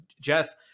Jess